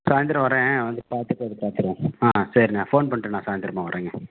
சாய்ந்தரம் வரேன் வந்து பார்த்துட்டு அது பார்த்துக்கலாம் ஆ சரிண்ணே ஃபோன் பண்ணுறேண்ணே சாய்ந்தரமாக வரேங்க